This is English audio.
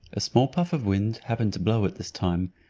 a small puff of wind happening to blow at this time,